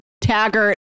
Taggart